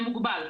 היא מוגבלת.